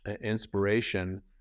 inspiration